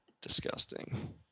disgusting